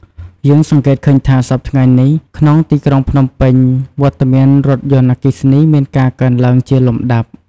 យើងសង្កេតឃើញថា សព្វថ្ងៃនេះ ក្នុងទីក្រុងភ្នំពេញ វត្តមានរថយន្តអគ្គិសនីមានការកើនឡើងជាលំដាប់។